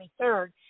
23rd